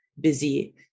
busy